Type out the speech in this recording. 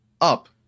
up